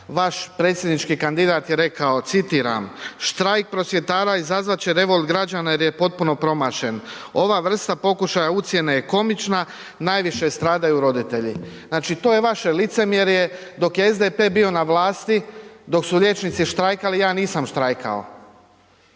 vaš predsjednički kandidat je rekao, citiram, štrajk prosvjetara izazvat će revolt građana jer je potpuno promašen. Ova vrsta pokušaja ucjene je komična, najviše stradaju roditelji. Znači to je vaše licemjerje, dok je SDP bio na vlasti, dok su liječnici štrajkali, ja nisam štrajkao.